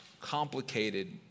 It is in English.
complicated